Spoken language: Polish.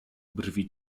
brwi